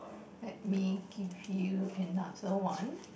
let me give you another one